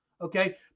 Okay